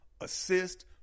assist